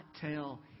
tell